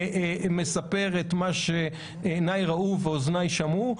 אינני מספר את מה שעיניי ראו ובאוזניי שמעו.